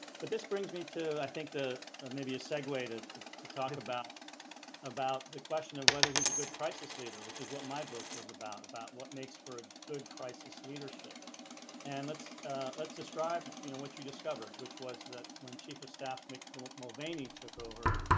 but this brings me to i think the maybe a segue to to talk about about the question of whether he's a good crisis leader which is what my book was about about what makes for a good crisis leadership and let's let's describe you know, what you discovered which was that when chief of staff mcflip mulvaney took over?